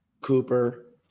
Cooper